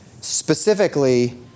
specifically